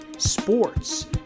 sports